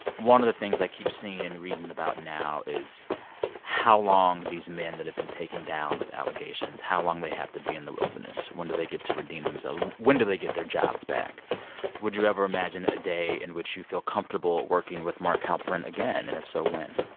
one of the things i keep seeing and reading about now is how long these men that have been taken down with allegations how long they have to be in the wilderness. when do they get to redeem themselves? when do they get their jobs back would you ever imagine a day in which you feel comfortable working with mark halperin again? and if so, when?